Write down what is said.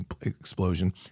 explosion